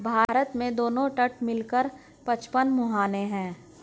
भारत में दोनों तट मिला कर पचपन मुहाने हैं